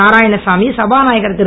நாராயணசாமி சபாநாயகர் திரு